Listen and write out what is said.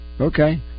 Okay